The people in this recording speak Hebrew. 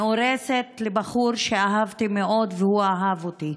מאורסת לבחור שאהבתי אותו מאוד ושהוא אהב אותי.